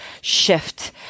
shift